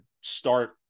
start